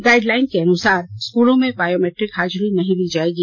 guideline के अनुसार स्कूलों में बायोमैट्रिक हाजरी नहीं ली जायेगी